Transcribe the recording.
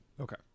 okay